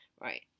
right